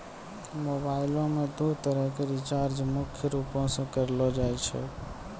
मोबाइलो मे दू तरह के रीचार्ज मुख्य रूपो से करलो जाय छै